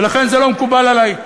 ולכן זה לא מקובל עלי,